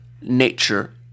nature